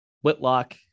Whitlock